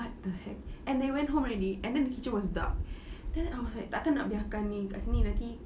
what the heck and they went home already and then the kitchen was dark then I was like takkan nak biarkan ni kat sini nanti